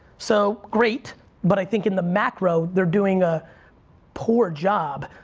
so great but i think in the macro, they're doing a poor job.